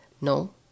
no